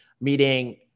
meeting